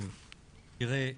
תראה,